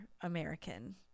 american